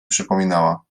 przypominała